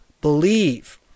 believe